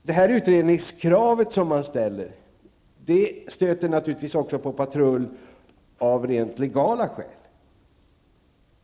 Det utredningskrav som ställs stöter naturligtvis på patrull av rent legala skäl.